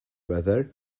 weather